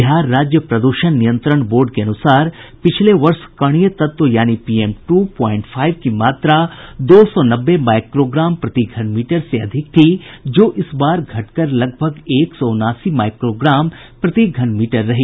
बिहार राज्य प्रदूषण नियंत्रण बोर्ड के अनुसार पिछले वर्ष कणीय तत्व यानी पीएम टू प्वाइंट फाइव की मात्रा दो सौ नब्बे माईक्रो ग्राम प्रति घन मीटर से अधिक थी जो इस बार घट कर लगभग एक सौ उनासी माईक्रो ग्राम प्रति घन मीटर रही